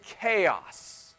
Chaos